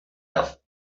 have